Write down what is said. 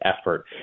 effort